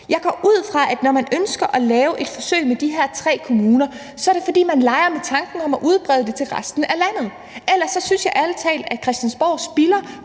Jeg går ud fra, at når man ønsker at lave et forsøg i de her tre kommuner, er det, fordi man leger med tanken om at udbrede det til resten af landet, ellers synes jeg ærlig talt, at Christiansborg spilder